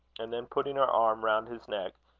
and then, putting her arm round his neck,